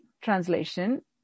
translation